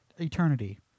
eternity